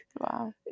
Wow